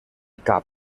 cap